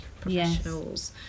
professionals